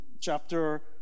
chapter